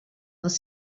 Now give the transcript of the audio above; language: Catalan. els